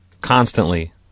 Constantly